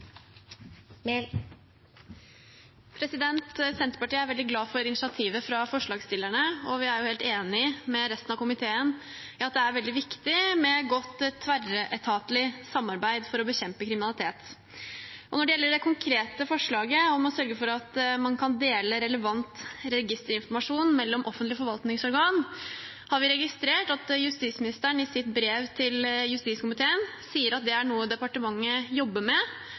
veldig glad for initiativet fra forslagsstillerne, og vi er helt enig med resten av komiteen i at det er veldig viktig med godt tverretatlig samarbeid for å bekjempe kriminalitet. Når det gjelder det konkrete forslaget om å sørge for at man kan dele relevant registerinformasjon mellom offentlige forvaltningsorganer, har vi registrert at justisministeren i sitt brev til justiskomiteen sier at det er noe departementet jobber med,